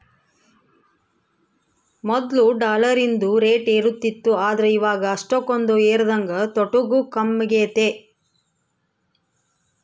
ಮೊದ್ಲು ಡಾಲರಿಂದು ರೇಟ್ ಏರುತಿತ್ತು ಆದ್ರ ಇವಾಗ ಅಷ್ಟಕೊಂದು ಏರದಂಗ ತೊಟೂಗ್ ಕಮ್ಮೆಗೆತೆ